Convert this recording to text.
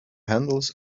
handles